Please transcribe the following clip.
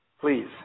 please